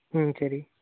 ம் சரி